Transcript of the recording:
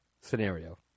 scenario